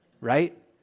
right